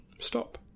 stop